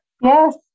Yes